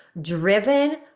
driven